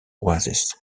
oasis